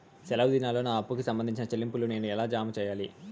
సెలవు దినాల్లో నా అప్పుకి సంబంధించిన చెల్లింపులు నేను ఎలా జామ సెయ్యాలి?